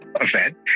event